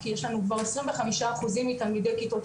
כי יש לנו כבר 25 אחוזים מתלמידי כיתות